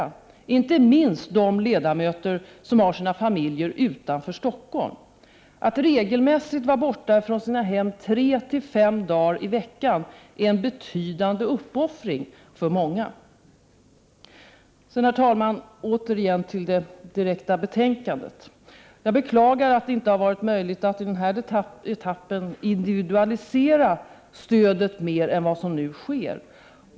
Det gäller inte minst de ledamöter som har sina familjer utanför Stockholm. Att regelmässigt vara borta från sina hem tre—fem dagar i veckan är en betydande uppoffring för många. Herr talman! Jag kommer så mer direkt in på det föreliggande betänkandet. Jag beklagar att det inte varit möjligt att i den här etappen individualisera stödet mer än vad som nu sker.